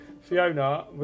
Fiona